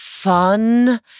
Fun